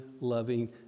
loving